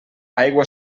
aigua